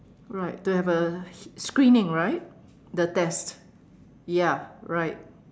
right to have a screening right the test ya right